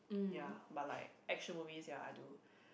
ya but like action movies ya I like